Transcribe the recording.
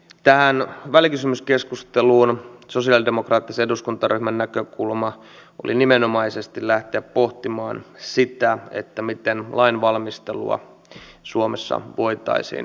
tähän välikysymyskeskusteluun sosialidemokraattisen eduskuntaryhmän näkökulma oli nimenomaisesti lähteä pohtimaan sitä miten lainvalmistelua suomessa voitaisiin parantaa